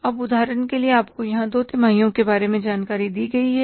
अब उदाहरण के लिए आपको यहां दो तिमाहियों के बारे में जानकारी दी गई है